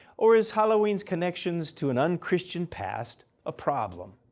or is halloweens connections to an unchristian past a problem?